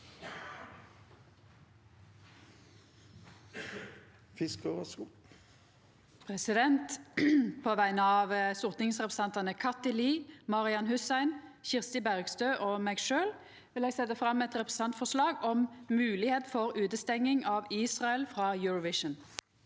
På vegner av stor- tingsrepresentantane Kathy Lie, Marian Hussein, Kirsti Bergstø og meg sjølv vil eg setja fram eit representantforslag om moglegheit for utestenging av Israel frå Eurovision